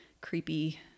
creepy